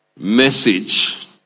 Message